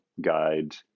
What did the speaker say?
guide